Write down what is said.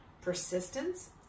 Persistence